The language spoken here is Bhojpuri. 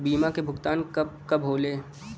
बीमा के भुगतान कब कब होले?